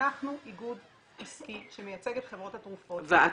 אנחנו איגוד עסקי שמייצג את חברות התרופות --- ואני